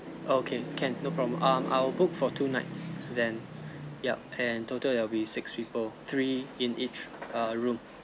okay can no problem um I'll book for two nights then yup and total it will be six people three in each err room